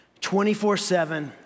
24-7